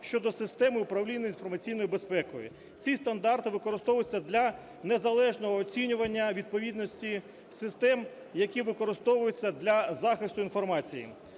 щодо системи управління інформаційною безпекою. Ці стандарти використовуються для незалежного оцінювання відповідності систем, які використовуються для захисту інформації.